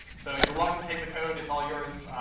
so you're welcome to take the code. it's all yours.